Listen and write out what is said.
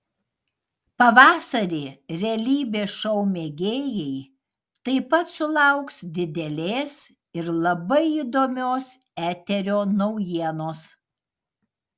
pavasarį realybės šou mėgėjai taip pat sulauks didelės ir labai įdomios eterio naujienos